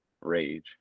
rage